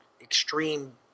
extreme